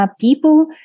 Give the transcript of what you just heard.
people